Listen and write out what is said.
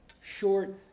short